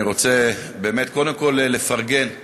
אני רוצה באמת קודם כול לפרגן לכנסת,